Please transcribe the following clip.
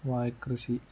വാഴക്കൃഷി